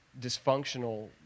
dysfunctional